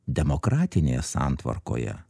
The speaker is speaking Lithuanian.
demokratinėje santvarkoje